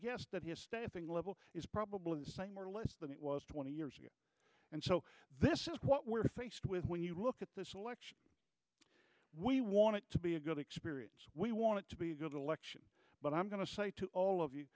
guess that his staffing level is probably the same or less than it was twenty years ago and so this is what we're faced with when you look at this election we want to be a good experience we want to be a good election what i'm going to say to all of you